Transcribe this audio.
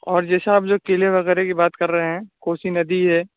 اور جیسے آپ جو قلعے وغیرہ کی بات کر رہے ہیں کوسی ندی ہے